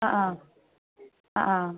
അ ആ അ ആ